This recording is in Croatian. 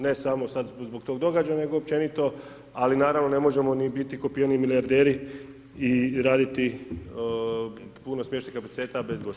Ne samo sad zbog tog događaja nego općenito, ali naravno ne možemo ni biti ko pijani milijarderi i raditi puno smještajnih kapaciteta bez